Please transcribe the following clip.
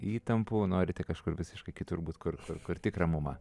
įtampų norite kažkur visiškai kitur būt kur kur tik ramuma